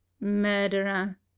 Murderer